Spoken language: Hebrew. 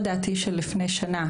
לדעתי לפני שנה,